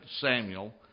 Samuel